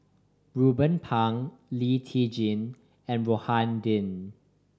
Ruben Pang Lee Tjin and Rohani Din